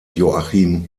joachim